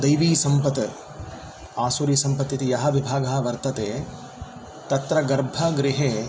दैवीसम्पत् आसुरीसम्पत् इति य विभागः वर्तते तत्र गर्भगृहे